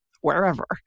wherever